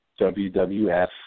WWF